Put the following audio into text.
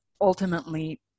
ultimately